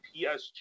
PSG